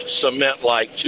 cement-like